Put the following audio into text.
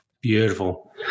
Beautiful